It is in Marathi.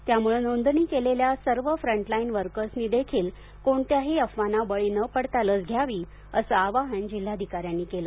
त्यामुळ नोंदणी केलेल्या सर्व फ्रंटलाईन वर्करनीदेखील कोणत्याही अफवांना बळी न पडता लस घ्यावी असं आवाहन जिल्हाधिकाऱ्यांनी केलं